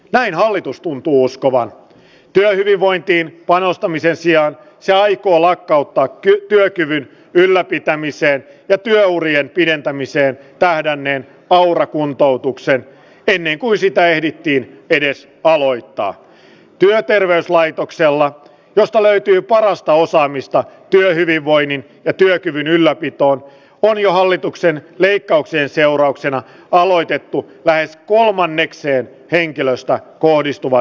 näin hallitus tuntuu uskovan työhyvinvointiin panostamisen sijaan se aikoo lakkauttaa työkyvyn ylläpitämiseen ja työurien pidentämiseen tähdänneen paura kuntoutukseen ennen kuin sitä ehdittiin edes aloittaa työterveyslaitoksella josta löytyy parasta osaamista työhyvinvoinnin ja työkyvyn ylläpitoon ja jo hallituksen leikkauksen seurauksena aloitetut lähes kolmannekseen henkilöstä kohdistuva